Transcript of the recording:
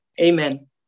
amen